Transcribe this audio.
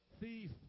thief